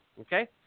okay